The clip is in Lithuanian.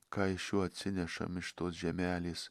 ką iš jo atsinešam iš tos žemelės